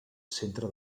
centre